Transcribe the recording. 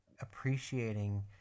appreciating